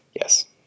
Yes